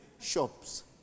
shops